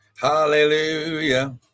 Hallelujah